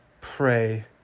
pray